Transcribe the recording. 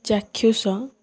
ଚାକ୍ଷୁଷ